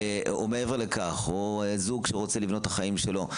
או זוג שרוצה לבנות את החיים שלו,